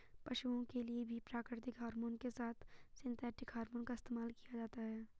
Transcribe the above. पशुओं के लिए भी प्राकृतिक हॉरमोन के साथ साथ सिंथेटिक हॉरमोन का इस्तेमाल किया जाता है